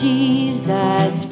Jesus